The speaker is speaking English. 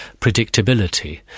predictability